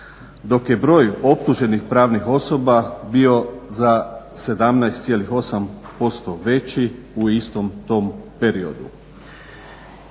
Dok je broj optuženih pravnih osoba bio za 17,8% veći u istom tom periodu.